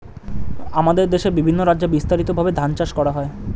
আমাদের দেশে বিভিন্ন রাজ্যে বিস্তারিতভাবে ধান চাষ করা হয়